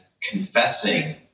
confessing